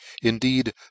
indeed